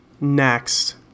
Next